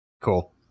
Cool